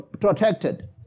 protected